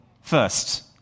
first